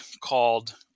called